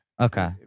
Okay